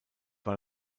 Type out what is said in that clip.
war